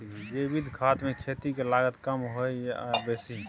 जैविक खाद मे खेती के लागत कम होय ये आ बेसी?